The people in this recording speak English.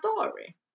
story